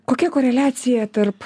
kokia koreliacija tarp